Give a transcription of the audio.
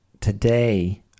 today